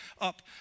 up